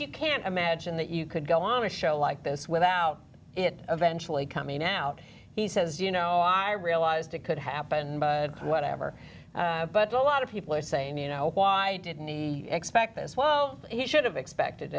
you can't imagine that you could go on a show like this without it eventually coming out he says you know i realized it could happen but whatever but a lot of people are saying you know why didn't he expect as well he should have expected